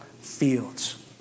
fields